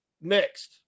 next